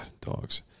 dogs